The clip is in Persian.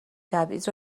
تبعیض